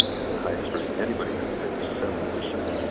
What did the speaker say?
and the highest rate anybody had to pay was seven percent,